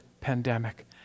pandemic